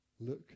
Look